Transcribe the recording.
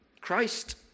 Christ